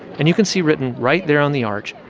and you can see written right there on the arch,